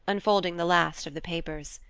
unfolding the last of the papers.